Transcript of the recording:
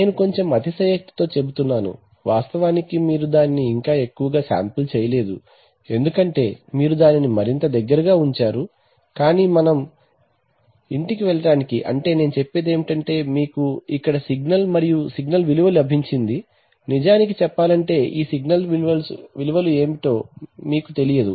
నేను కొంచెం అతిశయోక్తి తో చెపుతున్నాను వాస్తవానికి మీరు దానిని ఇంకా ఎక్కువగా శాంపిల్ చేయలేదు ఎందుకంటే మీరు దానిని మరింత దగ్గరగా ఉంచారు కాని మనం ఇంటికి వెళ్ళటానికి అంటే నేను చెప్పేది ఏమిటంటే మీకు ఇక్కడ సిగ్నల్ మరియు సిగ్నల్ విలువ లభించింది నిజానికి చెప్పాలంటే ఈ సిగ్నల్స్ విలువలు ఏమిటో మీకు తెలియదు